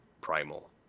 primal